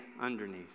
underneath